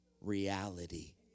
reality